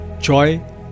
joy